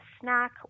snack